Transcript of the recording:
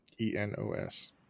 E-N-O-S